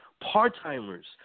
part-timers